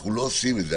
אנחנו לא עושים את זה.